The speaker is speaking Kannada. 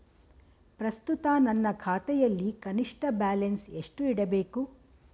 ಪ್ರಸ್ತುತ ನನ್ನ ಖಾತೆಯಲ್ಲಿ ಕನಿಷ್ಠ ಬ್ಯಾಲೆನ್ಸ್ ಎಷ್ಟು ಇಡಬೇಕು?